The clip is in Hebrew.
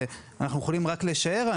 ואנחנו יכולים רק לשער.